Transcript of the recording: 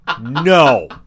no